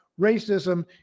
racism